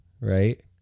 Right